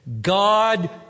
God